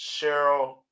Cheryl